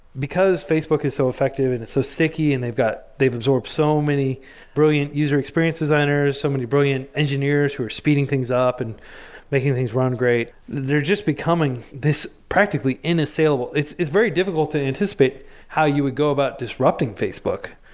because facebook is so effective and it's so sticky and they've absorbed so many brilliant user experience designers, so many brilliant engineers who are speeding things up and making things run great, they're just becoming this practically in-assailable it's it's very difficult to anticipate how you would go about disrupting facebook.